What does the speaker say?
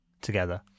together